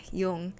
yung